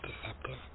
deceptive